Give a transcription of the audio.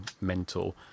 mental